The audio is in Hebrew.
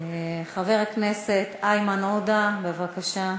חבר הכנסת איימן עודה, בבקשה.